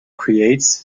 creates